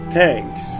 thanks